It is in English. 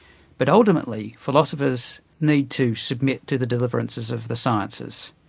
but ultimately, philosophers need to submit to the deliverances of the sciences,